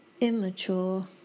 immature